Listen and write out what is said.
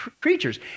creatures